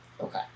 okay